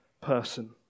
person